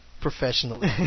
professionally